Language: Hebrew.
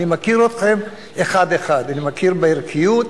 אני מכיר אתכם אחד-אחד, אני מכיר בערכיות,